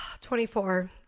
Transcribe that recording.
24